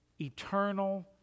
eternal